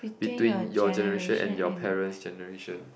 between your generation and your parents generation